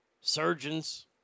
Surgeons